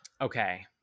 Okay